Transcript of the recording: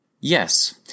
Yes